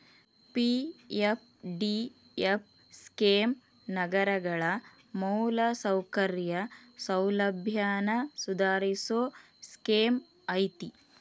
PFDF scheme ನಗರಗಳ ಮೂಲಸೌಕರ್ಯ ಸೌಲಭ್ಯನ ಸುಧಾರಸೋ ಸ್ಕೇಮ್ ಐತಿ